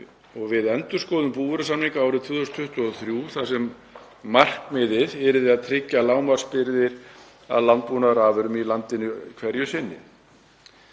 við endurskoðun búvörusamninga árið 2023 þar sem markmiðið yrði að tryggja lágmarksbirgðir af landbúnaðarafurðum í landinu hverju sinni.“